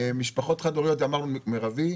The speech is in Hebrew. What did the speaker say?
משפחות חד הוריות אמרנו, מרבי.